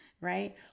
right